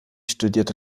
studierte